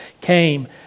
came